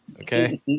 Okay